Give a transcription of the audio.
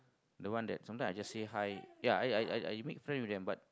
the one that sometimes I just say hi ya ya I I make friend with them but